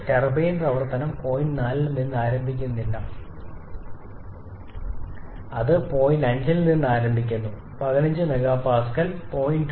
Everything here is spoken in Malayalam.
ടർബൈൻ പ്രവർത്തനം പോയിന്റ് 4 ൽ നിന്ന് ആരംഭിക്കുന്നില്ല അത് പോയിന്റ് 5 ൽ നിന്ന് ആരംഭിക്കുന്നു 15 MPa 0